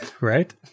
Right